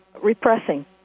repressing